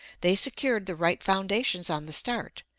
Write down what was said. they secured the right foundations on the start,